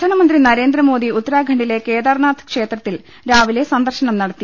പ്രധാനമന്ത്രി നരേന്ദ്രമോദി ഉത്തരാഖണ്ഡിലെ കേദാർനാഥ് ക്ഷേത്രത്തിൽ രാവിലെ സന്ദർശനം നടത്തി